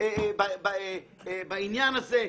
בעניין הזה.